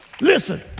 Listen